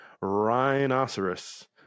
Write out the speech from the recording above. rhinoceros